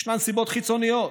יש סיבות חיצוניות: